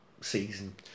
season